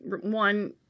one